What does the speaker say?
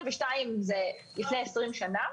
זה לפני 20 שנים.